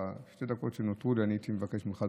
בשתי הדקות שנותרו לי אני הייתי מבקש ממך,